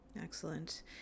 Excellent